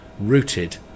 rooted